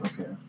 okay